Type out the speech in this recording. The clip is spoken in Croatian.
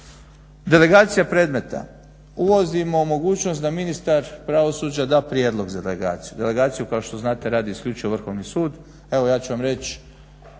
Delegacija predmeta. Uvodimo mogućnost da ministar pravosuđa da prijedlog za delegaciju. Delegaciju kao što znate radi isključivo Vrhovni sud. Evo ja ću vam reći,